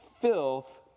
filth